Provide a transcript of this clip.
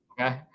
okay